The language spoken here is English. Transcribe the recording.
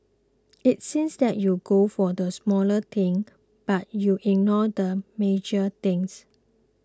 it seems that you go for the smaller thing but you ignore the major things